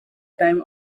time